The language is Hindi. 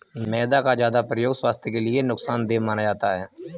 मैदा का ज्यादा प्रयोग स्वास्थ्य के लिए नुकसान देय माना जाता है